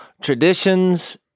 traditions